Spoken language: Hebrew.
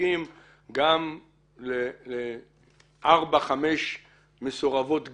מחוקקים גם לארבע-חמש מסורבות גט,